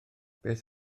beth